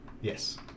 Yes